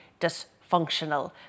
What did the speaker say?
dysfunctional